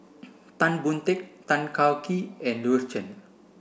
Tan Boon Teik Tan Kah Kee and Louis Chen